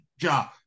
job